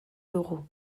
dugu